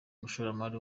umushoramari